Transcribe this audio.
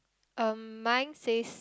um mine says